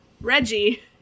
reggie